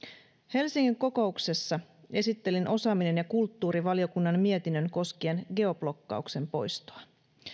helsingin kokouksessa esittelin osaaminen ja kulttuuri valiokunnan mietinnön koskien geoblokkauksen poistoa